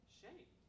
shame